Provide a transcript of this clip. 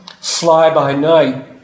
fly-by-night